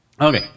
Okay